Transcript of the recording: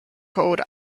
code